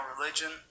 religion